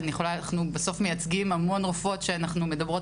אנחנו בסוף מייצגים המון רופאות שאנחנו מדברות